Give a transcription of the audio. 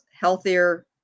healthier